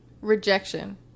rejection